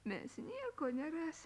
mes nieko nerasim